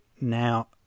now